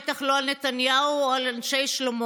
בטח לא על נתניהו או על אנשי שלומו,